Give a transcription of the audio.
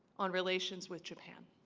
on relations with japan